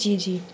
جی جی